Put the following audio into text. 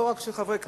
לא רק של חברי הכנסת,